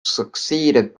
succeeded